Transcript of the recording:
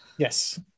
Yes